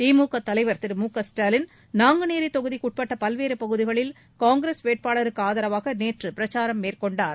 திமுக தலைவர் திரு மு க ஸ்டாலின் நாங்குநேரி தொகுதிக்குட்பட்ட பல்வேறு பகுதிகளில் காங்கிரஸ் வேட்பாளருக்கு ஆதரவாக நேற்று பிரச்சாரம் மேற்கொண்டார்